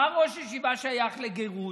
מה ראש ישיבה שייך לגרות?